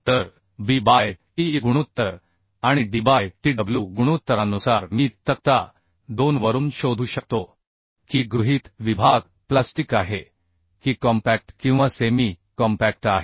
तर B by Ta गुणोत्तर आणि Dबाय Tw गुणोत्तरानुसार मी तक्ता 2 वरून शोधू शकतो की गृहीत विभाग प्लास्टिक आहे की कॉम्पॅक्ट किंवा सेमी कॉम्पॅक्ट आहे